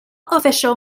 official